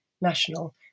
National